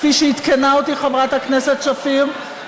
כפי שעדכנה אותי חברת הכנסת שפיר,